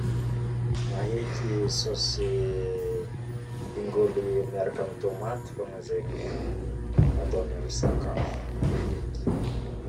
Maheky saosy dingolo miaraka am tomaty fogna ataony amin'ny sakafo maheky